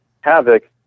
havoc